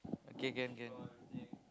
okay can can